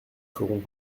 feront